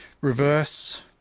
reverse